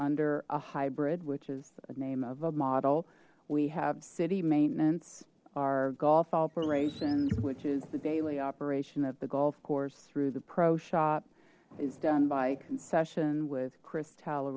under a hybrid which is a name of a model we have city maintenance our golf operations which is the daily operation at the golf course through the pro shop is done by concession with chris t